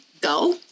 go